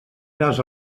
braç